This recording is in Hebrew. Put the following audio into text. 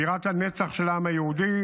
בירת הנצח של העם היהודי.